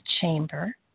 chamber